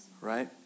Right